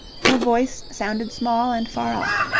her voice sounded small and far off,